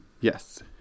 Yes